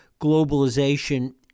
globalization